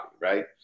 right